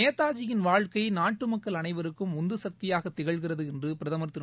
நேதாஜியின் வாழ்க்கை நாட்டு மக்கள் அனைவருக்கும் உந்து சக்தியாக திகழ்கிறது என்று பிரதமர் திரு